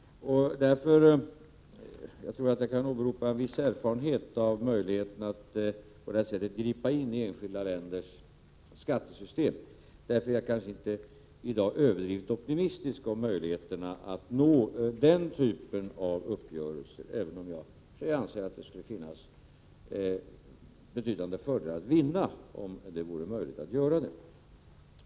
Jag kan åberopa en viss erfarenhet när det gäller möjligheterna att på detta sätt gripa in i enskilda länders skattesystem. Jag är kanske därför inte i dag överdrivet optimistisk beträffande möjligheterna att nå den typen av uppgörelser, även om jag i och för sig anser att det skulle finnas betydande fördelar att vinna om det vore möjligt att göra det.